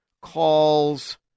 calls